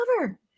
cover